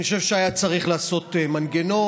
אני חושב שהיה צריך לעשות מנגנון.